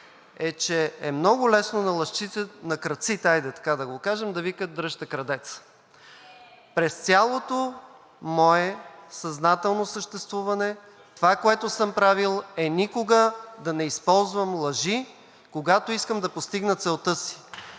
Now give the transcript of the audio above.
е, че е много лесно крадците, хайде така да го кажем, да викат дръжте крадеца. През цялото мое съзнателно съществуване това, което съм правил, е никога да не използвам лъжи, когато искам да постигна целта си